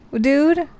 dude